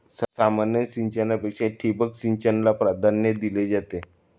सामान्य सिंचनापेक्षा ठिबक सिंचनाला प्राधान्य दिले जाते